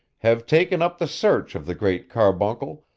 have taken up the search of the great carbuncle,